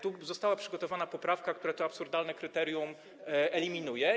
Tu została przygotowana poprawka, która to absurdalne kryterium eliminuje.